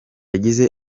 yagize